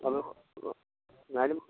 അ എന്നാലും